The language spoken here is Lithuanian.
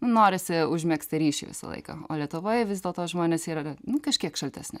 nu norisi užmegzti ryšį visą laiką o lietuvoj vis dėlto žmonės yra nu kažkiek šaltesni